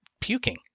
puking